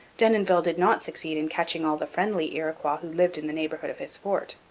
denonville did not succeed in catching all the friendly iroquois who lived in the neighbourhood of his fort.